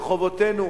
ברחובותינו,